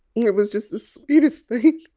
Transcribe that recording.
it was just the sweetest thing.